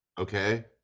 okay